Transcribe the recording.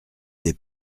des